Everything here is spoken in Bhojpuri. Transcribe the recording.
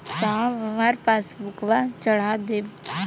साहब हमार पासबुकवा चढ़ा देब?